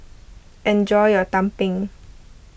enjoy your Tumpeng